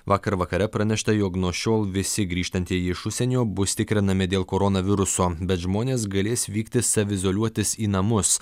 vakar vakare pranešta jog nuo šiol visi grįžtantieji iš užsienio bus tikrinami dėl koronaviruso bet žmonės galės vykti saviizoliuotis į namus